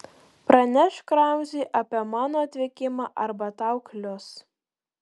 pranešk ramziui apie mano atvykimą arba tau klius